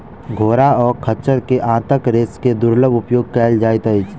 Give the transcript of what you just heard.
घोड़ा आ खच्चर के आंतक रेशा के दुर्लभ उपयोग कयल जाइत अछि